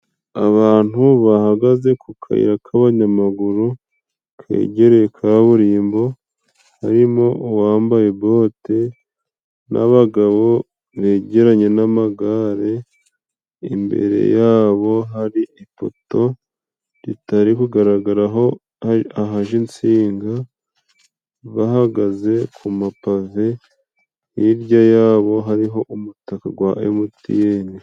Abantu bahagaze ku kayira k'abanyamaguru kegereye kaburimbo, harimo uwambaye bote, n'abagabo begeranye n'amagare, imbere ya bo hari ipoto itari kugaragaraho ahaja insinga, bahagaze ku ma pave, hirya ya bo hariho umutaka gwa emutiyene.